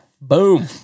Boom